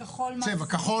צבע?